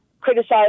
criticize